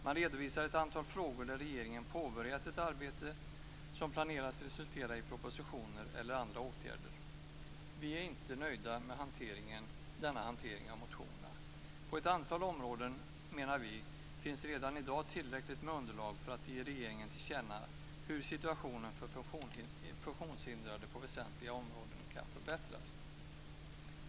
Man redovisar ett antal frågor där regeringen påbörjat ett arbete som planeras resultera i propositioner eller andra åtgärder. Vi är inte nöjda med denna hantering av motionerna. På ett antal områden menar vi att det redan i dag finns tillräckligt med underlag för att ge regeringen till känna hur situationen för funktionshindrade på väsentliga områden kan förbättras.